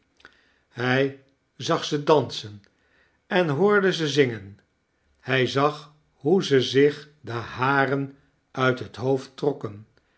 hq zag ze dansen en hoorde ze zingen hij zag hoe ze zich de haren uit het hoofd trokken